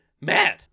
mad